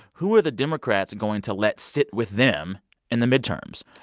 who are the democrats going to let sit with them in the midterms?